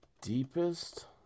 deepest